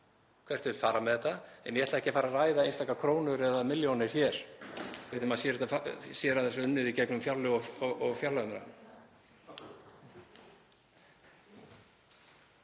hvert ég vil fara með þetta en ég ætla ekki að fara að ræða einstakar krónur eða milljónir hér fyrr en maður sér að þessu unnið í gegnum fjárlög